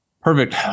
perfect